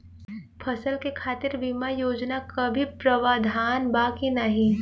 फसल के खातीर बिमा योजना क भी प्रवाधान बा की नाही?